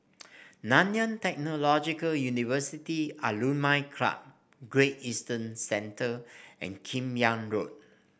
Nanyang Technological University Alumni Club Great Eastern Centre and Kim Yam Road